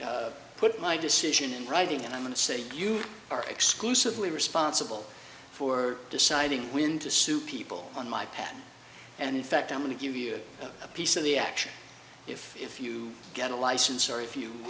put my decision in writing and i'm going to say you are exclusively responsible for deciding when to sue people on my i pad and in fact i'm going to give you a piece of the action if if you get a license or if you